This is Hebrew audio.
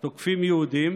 תוקפים יהודים,